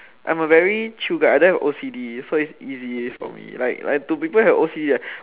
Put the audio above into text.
I'm very chill guy I don't have O_C_D so it's easy for me for people that have O_C_D